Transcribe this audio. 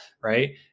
right